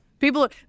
People